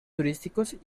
turísticos